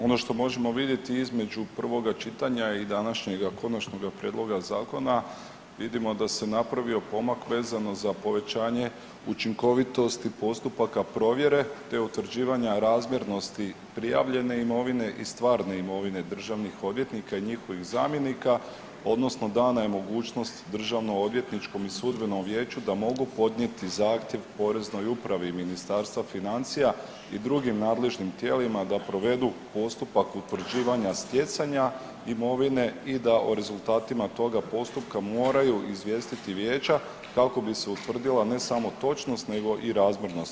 Ono što možemo vidjeti između prvoga čitanja i današnjega konačnoga prijedloga zakona vidimo da se napravio pomak vezano za povećanje učinkovitosti postupaka provjere, te utvrđivanja razmjernosti prijavljene imovine i stvarne imovine državnih odvjetnika i njihovih zamjenika, odnosno dana je mogućnost Državnoodvjetničkom i Sudbenom vijeću da mogu podnijeti zahtjev Poreznoj upravi Ministarstva financija i drugim nadležnim tijelima da provedu postupak utvrđivanja stjecanja imovine i da o rezultatima toga postupka moraju izvijestiti vijeća kako bi se utvrdila ne samo točnost, nego i razmjernost.